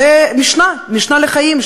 זו משנה, משנה לחיים.